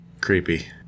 creepy